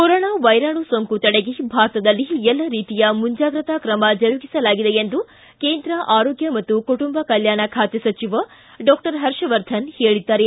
corona ವೈರಾಣು ಸೋಂಕು ತಡೆಗೆ ಭಾರತದಲ್ಲಿ ಎಲ್ಲ ರೀತಿಯ ಮುಂಜಾಗ್ರತಾ ಕ್ರಮ ಜರುಗಿಸಲಾಗಿದೆ ಎಂದು ಕೇಂದ್ರ ಆರೋಗ್ನ ಮತ್ತು ಕುಟುಂಬ ಕಲ್ಲಾಣ ಖಾತೆ ಸಚಿವ ಡಾಕ್ಷರ್ ಹರ್ಷವರ್ಧನ ಹೇಳಿದ್ದಾರೆ